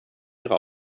ihre